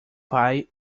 pai